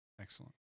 Excellent